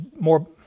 more